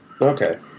Okay